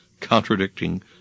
contradicting